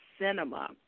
cinema